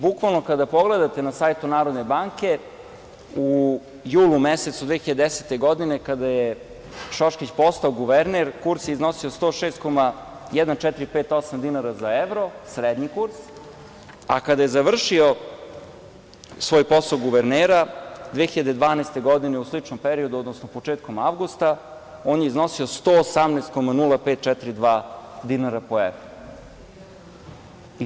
Bukvalno kada pogledate na sajtu Narodne banke, u julu mesecu 2010. godine, kada je Šoškić postao guverner, kurs je iznosio 106,1458 dinara za evro, srednji kurs, a kada je završio svoj posao guvernera, 2012. godine, u sličnom periodu, odnosno početkom avgusta, on je iznosio 118,0542 dinara po evru.